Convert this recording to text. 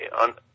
on